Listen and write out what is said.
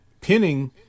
pinning